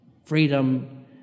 Freedom